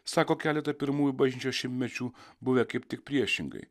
sako keletą pirmųjų bažnyčios šimtmečių buvę kaip tik priešingai